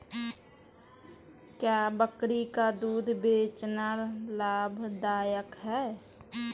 क्या बकरी का दूध बेचना लाभदायक है?